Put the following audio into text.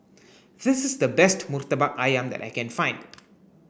this is the best Murtabak Ayam that I can find